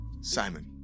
Simon